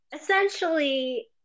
essentially